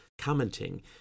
commenting